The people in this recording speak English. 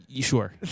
Sure